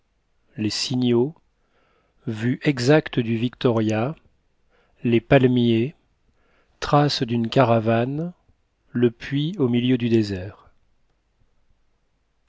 les signaux vue exacte du victoria les palmiers traces d'une caravane le puits au milieu du désert